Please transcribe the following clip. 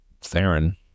Theron